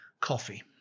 coffee